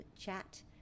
chat